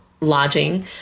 lodging